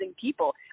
people